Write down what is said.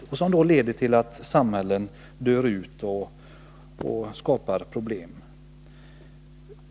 Och detta leder till att samhällen dör ut och att problem skapas.